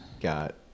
got